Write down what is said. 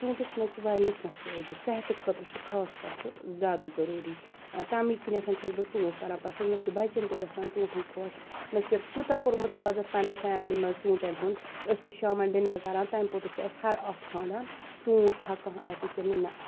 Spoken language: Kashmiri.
ژوٗنٹھس منٛز چھِ واریاہ کیٚنٛہہ فأیِدٕ صحتہٕ خأطرٕ چھُ خاص کر سُہ زیادٕ ضرٗوری تَمہ کِنیٚتھن چھس بہِ ژوٗنٹھ کران پَسنٛد مےٚ چھُ بَچن تہِ گژھان ژوٗنٹھٕے خۄش مےٚ چھُ تیوتاہ کوٚرمُت عادت پَننہِ فیملی منٛز ژوٗنٹٮ۪ن ہُنٛد أسۍ چھِ شامن ڈِنر کران تَمہِ پوٚتُس چھُ اسہِ ہر اکھ ژھانران ژوٗنٹھ چھا کانٛہہ اتہِ کِنٛہٕ نہ